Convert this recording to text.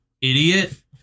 Idiot